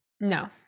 No